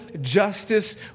justice